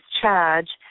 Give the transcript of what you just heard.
charge